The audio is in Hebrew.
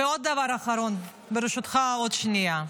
ועוד דבר אחרון, ברשותך, עוד שנייה: